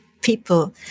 people